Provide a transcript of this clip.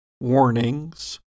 warnings